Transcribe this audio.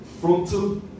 frontal